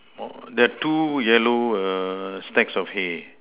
oh that two yellow err stacks of hay